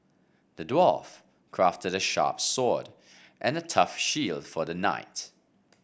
the dwarf crafted a sharp sword and a tough shield for the knight